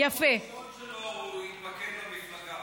ביום הראשון שלו הוא התפקד למפלגה.